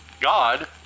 God